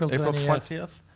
and april twentieth.